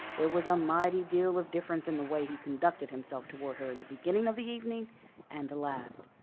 there was a mighty deal of difference in the way he conducted himself toward her in the beginning of the evening and the last.